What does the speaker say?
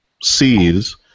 sees